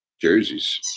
Jerseys